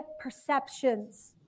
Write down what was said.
perceptions